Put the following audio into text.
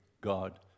God